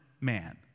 man